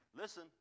Listen